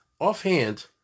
Offhand